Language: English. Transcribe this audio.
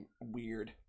weird